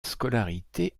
scolarité